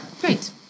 Great